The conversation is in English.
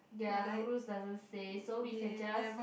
ya the rules doesn't say so we can just